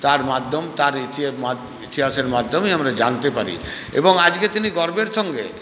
তার মাধ্যম তার ইতিহাসের মাধ্যমেই আমরা জানতে পারি এবং আজকে তিনি গর্বের সঙ্গে